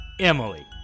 Emily